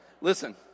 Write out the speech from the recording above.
listen